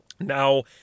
Now